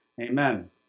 Amen